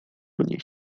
niech